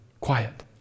quiet